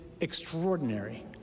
extraordinary